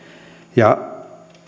ja